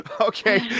Okay